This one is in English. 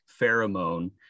pheromone